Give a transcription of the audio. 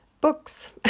Books